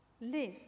live